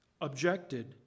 objected